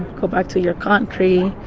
go back to your country!